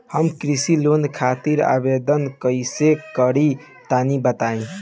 हम कृषि लोन खातिर आवेदन कइसे करि तनि बताई?